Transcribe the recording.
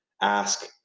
ask